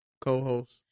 co-host